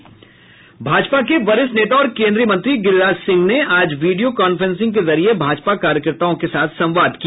भाजपा के वरिष्ठ नेता और केन्द्रीय मंत्री गिरिराज सिंह ने आज वीडियो कॉफ्रेंसिंग के जरिये भाजपा कार्यकर्ताओं के साथ संवाद किया